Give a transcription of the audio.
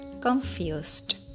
confused